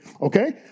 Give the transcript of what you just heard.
Okay